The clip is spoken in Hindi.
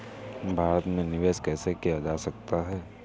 भारत में निवेश कैसे किया जा सकता है?